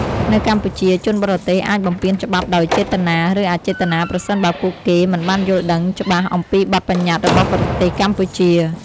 នៅកម្ពុជា ជនបរទេសអាចបំពានច្បាប់ដោយចេតនា ឬអចេតនាប្រសិនបើពួកគេមិនបានយល់ដឹងច្បាស់អំពីបទប្បញ្ញត្តិរបស់ប្រទេសកម្ពុជា។